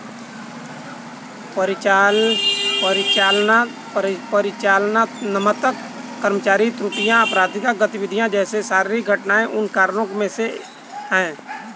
परिचालनात्मक कर्मचारी त्रुटियां, आपराधिक गतिविधि जैसे शारीरिक घटनाएं उन कारकों में से है